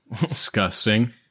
Disgusting